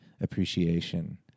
appreciation